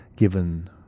given